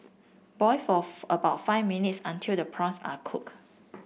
boil forth about five minutes until the prawns are cooked